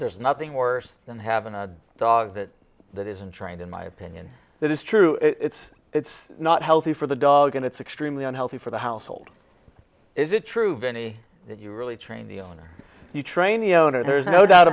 there's nothing worse than having a dog that that isn't trained in my opinion that is true it's it's not healthy for the dog and it's extremely unhealthy for the household is it true vinnie that you really train the owner you train the owner there's no doubt